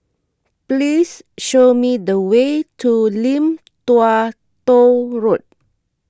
please show me the way to Lim Tua Tow Road